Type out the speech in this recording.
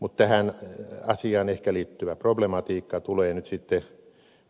mutta tähän asiaan ehkä liittyvä problematiikka tulee nyt sitten